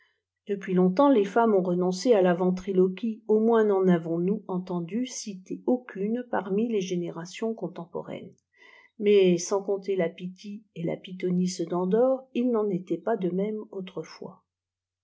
depuis longtemps les femmes oçt renoncé à la veptrtloqtiie au moins n'en avons-nous entendu citer aucptie pariai les li ratiens contemporaines mais sans compter la pythie él là bythonisse d'endor il n'en était pas de même autrefois